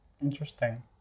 Interesting